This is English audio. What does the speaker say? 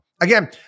Again